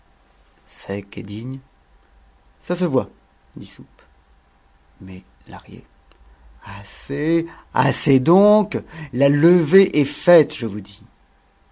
ça se voit dit soupe mais lahrier assez assez donc la levée est faite je vous dis